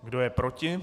Kdo je proti?